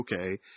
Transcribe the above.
okay